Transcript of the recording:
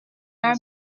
our